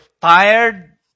tired